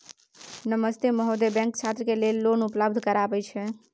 नमस्ते महोदय, बैंक छात्र के लेल लोन उपलब्ध करबे छै?